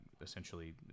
essentially